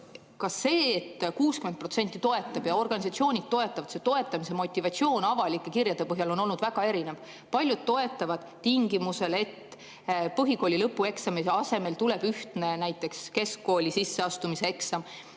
ka see, et 60% toetab, et organisatsioonid toetavad – toetamise motivatsioon on avalike kirjade põhjal olnud väga erinev. Paljud toetavad tingimusel, et põhikooli lõpueksami asemele tuleb näiteks ühtne keskkooli sisseastumise eksam,